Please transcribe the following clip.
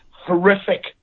horrific